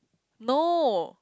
no